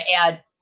add